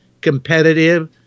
competitive